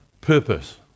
purpose